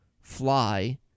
fly